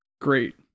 great